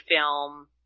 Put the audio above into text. film